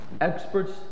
experts